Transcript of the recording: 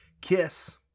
kiss